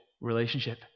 relationship